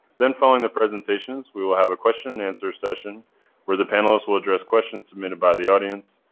then following the presentations we will have a question and answer session where the panelists will address questions submitted by the audience,